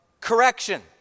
correction